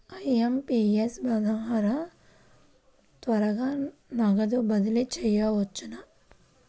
IMPS ద్వారా త్వరగా నగదు బదిలీ చేయవచ్చునా?